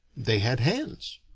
they had hands.